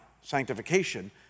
sanctification